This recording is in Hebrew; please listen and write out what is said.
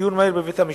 ודיון מהיר בבית-המשפט.